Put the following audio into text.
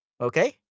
Okay